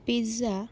pizza